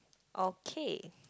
okay